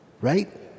Right